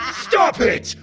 stop it!